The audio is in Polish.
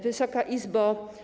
Wysoka Izbo!